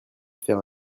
faire